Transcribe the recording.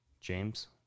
James